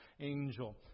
angel